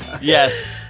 Yes